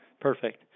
Perfect